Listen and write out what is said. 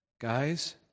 Guys